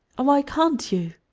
why can't you?